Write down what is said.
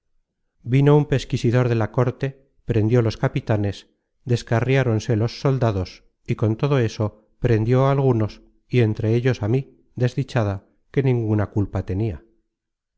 vino un pesquisidor de la corte prendió los capitanes descarriáronse los soldados y con todo eso prendió á algunos y entre ellos á mí desdichada que ninguna culpa tenia